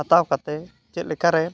ᱦᱟᱛᱟᱣ ᱠᱟᱛᱮ ᱪᱮᱫ ᱞᱮᱠᱟᱨᱮ